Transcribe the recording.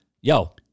yo